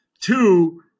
Two